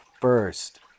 first